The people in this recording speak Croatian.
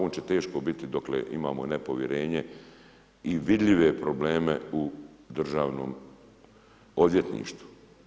On će teško biti dokle imamo nepovjerenje i vidljive problem u Državnom odvjetništvu.